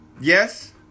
Yes